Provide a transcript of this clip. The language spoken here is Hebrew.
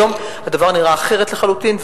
היום הדבר נראה אחרת לחלוטין,